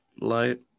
light